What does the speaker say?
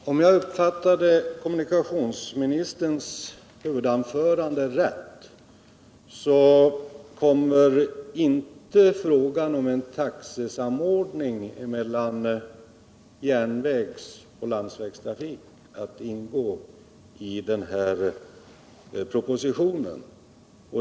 Herr talman! Om jag uppfattade kommuniktionsministerns huvudanförande rätt, så kommer inte frågan om en taxesamordning mellan järnvägsoch landsvägstrafik att ingå i propositionen.